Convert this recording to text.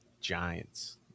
giants